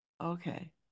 Okay